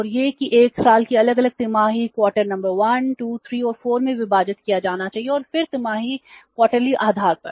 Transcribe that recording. और यह कि अगले 1 साल को अलग अलग तिमाही क्वार्टर नंबर 1 2 3 और 4 में विभाजित किया जाना चाहिए और फिर तिमाही आधार पर